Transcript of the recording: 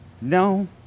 no